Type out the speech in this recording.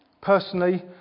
Personally